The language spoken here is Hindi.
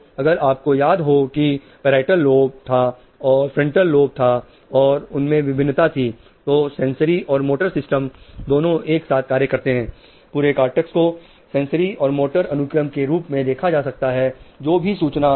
तो अगर आपको याद हो कि पैराइटल लोब करना